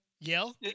yell